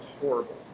horrible